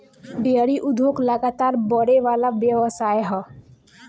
dairy उद्योग लगातार बड़ेवाला व्यवसाय ह